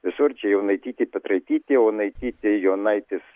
visur čia jonaitytė petraitytė onaitytė jonaitis